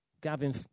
Gavin